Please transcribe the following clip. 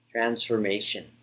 Transformation